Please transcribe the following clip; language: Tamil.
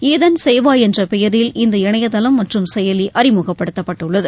ஈதன் சேவா என்ற பெயரில் இந்த இணையதளம் மற்றும் செயலி அறிமுகப்படுத்தப்பட்டுள்ளது